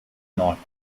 norte